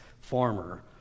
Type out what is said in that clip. farmer